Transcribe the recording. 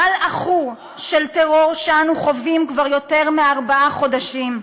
גל עכור של טרור שאנו חווים כבר יותר מארבעה חודשים.